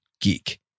geek